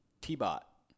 T-Bot